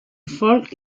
folk